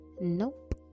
Nope